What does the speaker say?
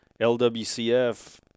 LWCF